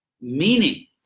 meaning